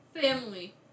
family